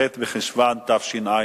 ח' בחשוון התשע"א,